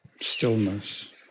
stillness